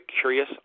curious